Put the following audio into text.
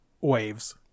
waves